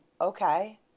okay